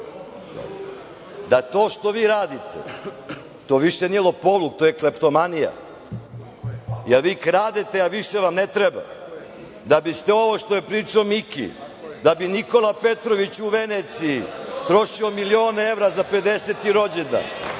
to što vi radite to nije lopovluk, to je kleptomanija, jer vi kradete, a više vam ne treba, da biste ovo što je pričao Miki, da bi Nikola Petrović u Veneciji trošio milione evra za 50. rođendan,